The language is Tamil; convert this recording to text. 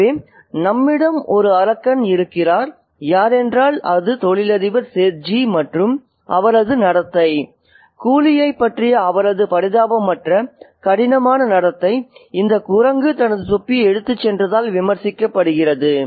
எனவே நம்மிடம் ஒரு அரக்கன் இருக்கிறார் யாரென்றால் தொழிலதிபர் சேத்ஜி மற்றும் அவரது நடத்தை கூலியைப் பற்றிய அவரது பரிதாபமற்ற கடினமான நடத்தை இந்த குரங்கு தனது தொப்பியை எடுத்துச் சென்றதால் விமர்சிக்கப்படுகிறது